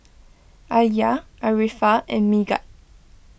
Alya Arifa and Megat